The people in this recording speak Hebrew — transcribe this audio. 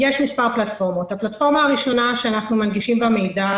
יש מספר פלטפורמות: הפלטפורמה הראשונה שאנחנו מנגישים בה מידע